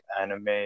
anime